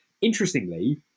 interestingly